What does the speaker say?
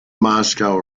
moscow